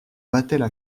battaient